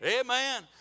Amen